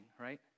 right